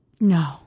No